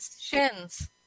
shins